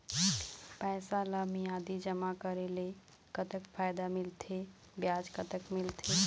पैसा ला मियादी जमा करेले, कतक फायदा मिलथे, ब्याज कतक मिलथे?